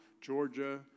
Georgia